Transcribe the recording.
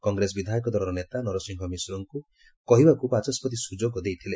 କଂଗ୍ରେସ ବିଧାୟକ ଦଳର ନେତା ନରସିଂହ ମିଶ୍ରଙ୍କୁ କହିବାକୁ ବାଚସ୍ୱତି ସୁଯୋଗ ଦେଇଥିଲେ